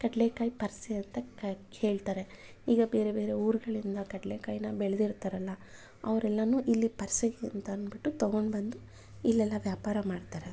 ಕಡಲೇಕಾಯಿ ಪರಿಷೆ ಅಂತ ಕ್ ಹೇಳ್ತಾರೆ ಈಗ ಬೇರೆ ಬೇರೆ ಊರುಗಳಿಂದ ಕಡಲೇಕಾಯಿನ ಬೆಳೆದಿರ್ತಾರಲ್ಲ ಅವರೆಲ್ಲರೂ ಇಲ್ಲಿ ಪರಿಷೆಗೆ ಅಂತಂದ್ಬಿಟ್ಟು ತಗೊಂಡು ಬಂದು ಇಲ್ಲೆಲ್ಲ ವ್ಯಾಪಾರ ಮಾಡ್ತಾರೆ